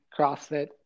CrossFit